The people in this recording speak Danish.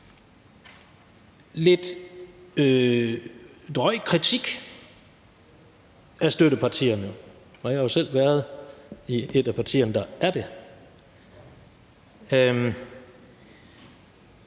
lidt drøj kritik af støttepartierne – og jeg har jo selv været i et af partierne, der er det –